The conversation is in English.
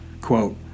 quote